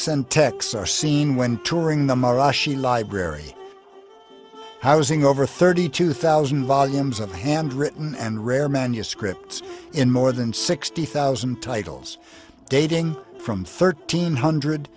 centex are seen when touring the marashi library housing over thirty two thousand volumes of handwritten and rare manuscripts in more than sixty thousand ladles dating from thirteen hundred